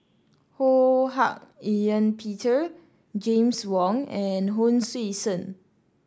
Ho Hak Ean Peter James Wong and Hon Sui Sen